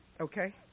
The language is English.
Okay